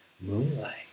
moonlight